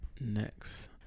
Next